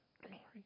glory